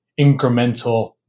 incremental